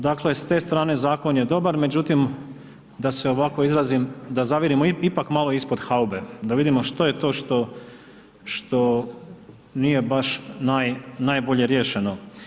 Dakle s te strane zakon je dobar međutim da se ovako izrazim da zavirimo ipak malo ispod haube, da vidimo što je to što nije baš najbolje riješeno.